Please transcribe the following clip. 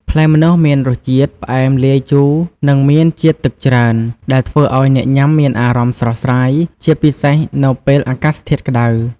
ផ្លែម្នាស់មានរសជាតិ ផ្អែមលាយជូរ និងមានជាតិទឹកច្រើន ដែលធ្វើឱ្យអ្នកញ៉ាំមានអារម្មណ៍ស្រស់ស្រាយ ជាពិសេសនៅពេលអាកាសធាតុក្តៅ។